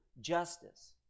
justice